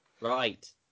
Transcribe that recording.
Right